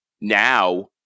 now